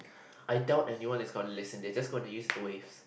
I doubt anyone is going to listen they just going to use the waves